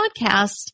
podcast